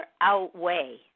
outweigh